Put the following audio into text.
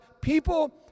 people